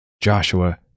Joshua